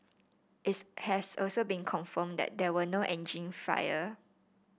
it's has also been confirmed that there were no engine fire